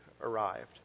arrived